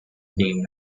named